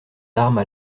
armes